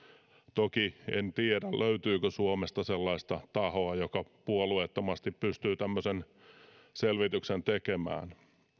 toki en tiedä löytyykö suomesta sellaista tahoa joka puolueettomasti pystyy tämmöisen selvityksen tekemään